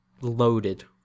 loaded